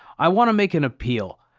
i want to make an appeal.